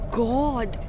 god